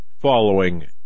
following